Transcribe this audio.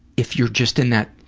if you're just in that